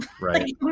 Right